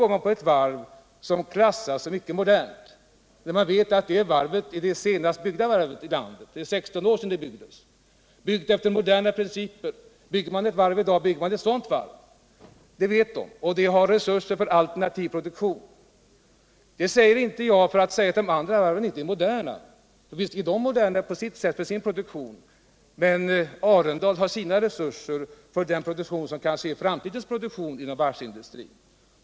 Man går på ett varv som inte klassats som mycket modernt, man vet att det varvet är det senast byggda i landet. Det är 16 år sedan det byggdes, efter moderna principer. Bygger man ett varv i dag, bygger man ett sådant varv. Det vet de på varvet. Varvet har resurser för alternativ produktion. Detta säger jag inte för att göra gällande att de andra varven inte är moderna. Visst är de varven moderna på sitt sätt och med sin produktion, men Arendal har sina resurser och en produktion som kanske är framtidens produktion inom varvsindustrin.